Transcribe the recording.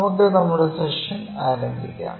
നമുക്ക് നമ്മുടെ സെഷൻ ആരംഭിക്കാം